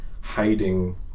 hiding